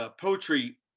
Poetry